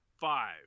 five